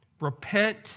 Repent